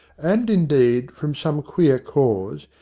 and, indeed, from some queer cause,